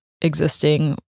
existing